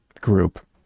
group